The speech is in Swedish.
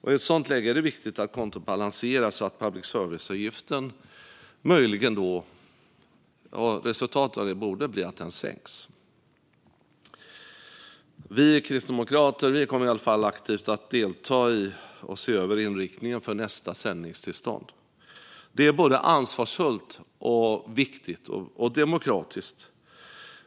I ett sådant läge är det viktigt att kontot balanseras, och resultatet av det borde bli att public service-avgiften sänks. Vi kristdemokrater kommer i alla fall att aktivt delta i att se över inriktningen för nästa sändningstillstånd. Det är både ansvarsfullt, viktigt och demokratiskt.